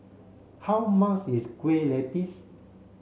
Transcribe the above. how much is Kueh Lapis